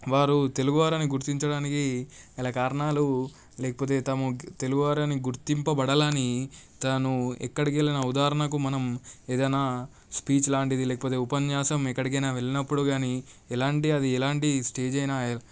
వారు తెలుగువారు అని గుర్తించడానికి గల కారణాలు లేకపోతే తాము తెలుగువారు అని గుర్తించబడాలని తను ఎక్కడికి వెళ్ళినా ఉదాహరణకు మనం ఏదైనా స్పీచ్ లాంటిది లేకపోతే ఉపన్యాసం ఎక్కడికైనా వెళ్ళినప్పుడు కానీ ఎలాంటి అది ఎలాంటి స్టేజి అయినా